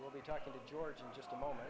we'll be talking to georgia in just a moment